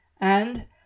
and